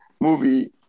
movie